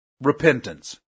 Repentance